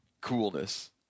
coolness